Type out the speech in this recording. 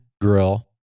Grill